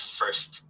first